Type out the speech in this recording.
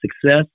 success